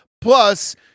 Plus